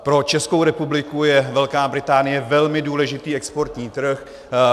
Pro Českou republiku je Velká Británie velmi důležitý exportní trh.